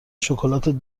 شکلات